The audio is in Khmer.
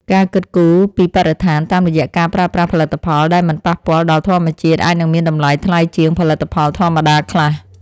ការគិតគូរពីបរិស្ថានតាមរយៈការប្រើប្រាស់ផលិតផលដែលមិនប៉ះពាល់ដល់ធម្មជាតិអាចនឹងមានតម្លៃថ្លៃជាងផលិតផលធម្មតាខ្លះ។